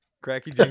Cracky